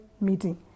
meeting